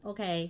okay